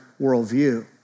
worldview